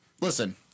listen